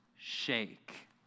Shake